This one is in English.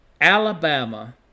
Alabama